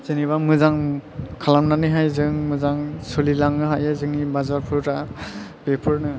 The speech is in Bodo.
जेनोबा मोजां खालामनानै हाय जों मोजां सोलिलांनो हायो जोंनि बाजारफोरा बेफोरनो